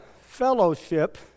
fellowship